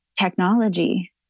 technology